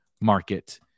market